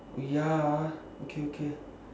ya okay okay